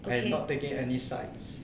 I am not taking any sides